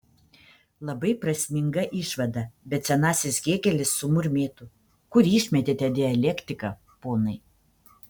labai prasminga išvada bet senasis hėgelis sumurmėtų kur išmetėte dialektiką ponai